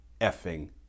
effing